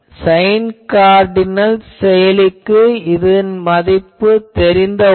sign cardinal செயலிக்கு இதன் மதிப்பு தெரிந்த ஒன்று